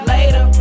Later